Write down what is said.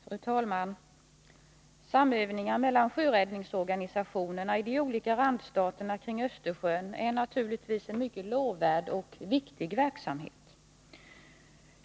Fru talman! Samövningar mellan sjöräddningsorganisationerna i de olika randstaterna kring Östersjön är naturligtvis en mycket lovvärd och viktig verksamhet.